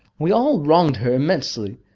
we all wronged her immensely.